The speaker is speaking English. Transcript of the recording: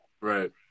Right